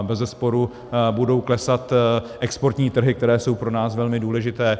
Bezesporu budou klesat exportní trhy, které jsou pro nás velmi důležité.